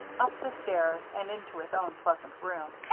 up the stairs, and into his own pleasant room,